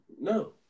No